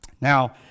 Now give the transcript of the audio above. Now